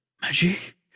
magic